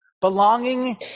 Belonging